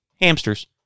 Hamsters